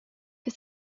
que